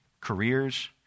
careers